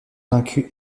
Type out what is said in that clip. vaincu